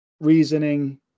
reasoning